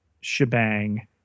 shebang